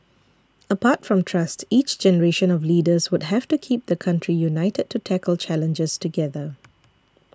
apart from trust each generation of leaders would have to keep the country united to tackle challenges together